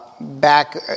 back